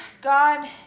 God